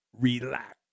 Relax